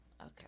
Okay